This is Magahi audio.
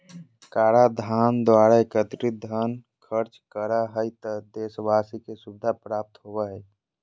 कराधान द्वारा एकत्रित धन खर्च करा हइ त देशवाशी के सुविधा प्राप्त होबा हइ